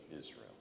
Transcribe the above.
Israel